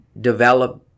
develop